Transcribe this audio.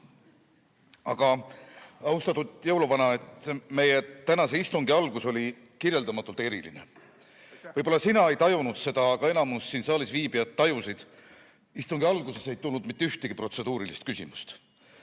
Aga, austatud jõuluvana, meie tänase istungi algus oli kirjeldamatult eriline. Võib‑olla sina ei tajunud seda, aga enamik siin saalis viibijaid tajus. Nimelt, istungi alguses ei tulnud mitte ühtegi protseduurilist küsimust.